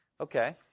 Okay